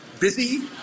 busy